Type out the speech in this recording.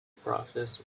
process